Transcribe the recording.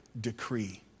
decree